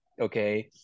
okay